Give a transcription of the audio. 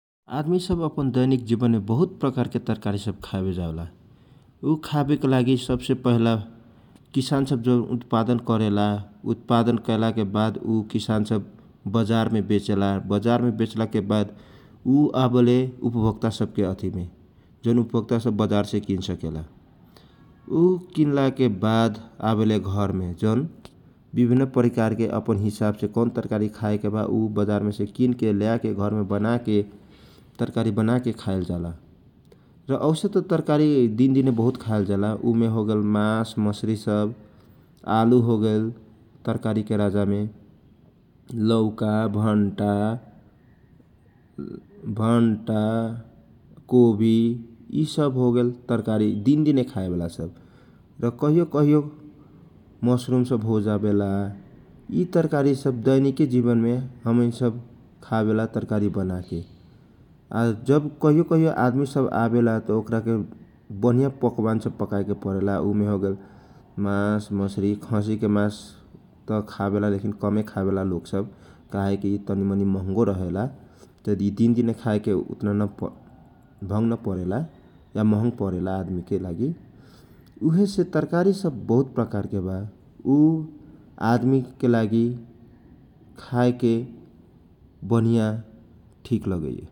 आदमी सब अपन दैनिक जिवनमे बहुत प्रकारके तरकारी सब खाबेजावेला । ऊ खाबेके लागि सबसे पहिला किसान सब जौन उत्पादन करेला । उत्पादक कैलाके वाद ऊ किसान सब बजारमे बेचेला, बजारमे बेचेलाके वाद, ऊ आवेला उपभोता सबके अथीमे जौन उपभोतासब बजारमे किन्नसकेला । ऊ किन्नलाके वाद आवेला घरमे जौन विभिन्न प्रकारके अपन हिसाबसे कौन तरकारी खाएके बा ऊ बजारमेसे किनके ल्याके घरमे बन्नाके तरकारी बन्नाके खाएलाजाला । र औसे त तराकारी दिन दिने बहुत खाल्लजाला औसे तरकारी दिन दिने बहुत खाएला जाला ऊ मे होगेल मास मछरी सब आलु होगल तरकारीके राजा मे लौका भण्टा भण्टा, कोभी यि सब होगले तरकारी दिन दिने खाएबाला आ कहियो कहियो मस्रुम सब होजाबेला यि तरकारी सब दैनिकी जिवनमे हमीन सब खाबेला तरकारी बन्नाके । आ जब कहियो कहियो आदमी सब आवेला त ओकराके बनीया पकवान सब पकाएके परेला उने होगला मास, मछरी, खसीको मास त खावेला कमे खावेला लोगसब काहेकी यि तनिमनी महगो रहेला । दिन दिने खाएके उतना भङ भङ नपरेला या महङग आदमी के लागि उहे से तरकारी सबहुत प्रकारके बा ऊ आदमीके लागि तरकारी खाएके बनिया ठीक लगैए ।